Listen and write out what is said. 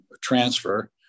transfer